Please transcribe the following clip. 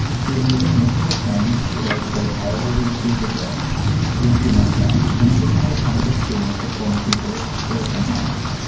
she admitted most of her friends were, quote, already super gay when she met them and didn't have a ton of experience supporting people who were coming out.